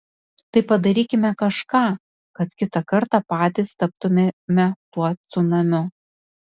tai padarykime kažką kad kitą kartą patys taptumėme tuo cunamiu